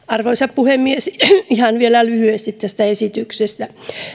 arvoisa puhemies ihan vielä lyhyesti tästä esityksestä